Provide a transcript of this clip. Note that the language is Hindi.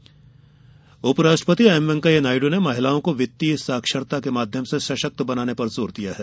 उपराष्ट्रपति उपराष्ट्रपति एम वेंकैया नायड ने महिलाओं को वित्तीय साक्षरता के माध्यम से सशक्त बनाने पर जोर दिया है